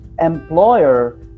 employer